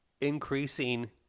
Increasing